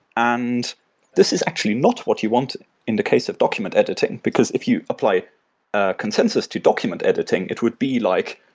and this is actually not what you wanted in the case of document editing, because if you apply ah consensus to document editing it would be like,